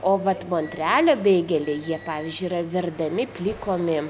o vat monrealio beigeliai jie pavyzdžiui yra verdami plikomi